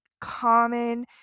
common